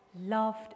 loved